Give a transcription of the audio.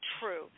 true